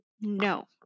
no